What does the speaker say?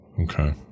Okay